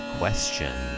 question